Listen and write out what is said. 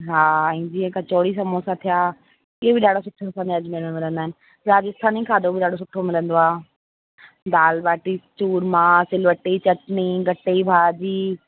हा जीअं कचौड़ी संबोसा थिया इहे बि ॾाढा सुठा असांजे अजमेर में मिलंदा आहिनि ॿिया राजस्थानी खाधो बि ॾाढो सुठो मिलंदो आहे दाल भाटी चुरमा सिलबटे जी चटिणी गटे जी भाॼी